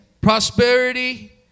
prosperity